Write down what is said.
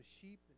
sheep